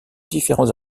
différents